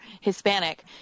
Hispanic